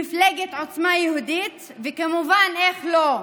מפלגת עוצמה יהודית, וכמובן איך לא?